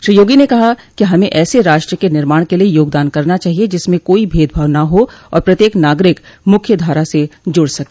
श्री योगी न कहा कि हमें ऐसे राष्ट्र के निर्माण के लिये योगदान करना चाहिये जिसमें कोई भेदभाव न हो और प्रत्येक नागरिक मुख्य धारा से जुड़ सके